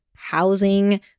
housing